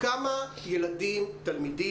כמה תלמידים,